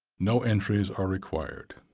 no entries are required.